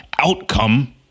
outcome